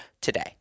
today